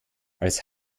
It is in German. als